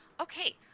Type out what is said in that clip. okay